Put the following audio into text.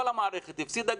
כל המערכת הפסידה.